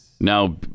Now